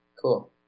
cool